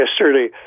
yesterday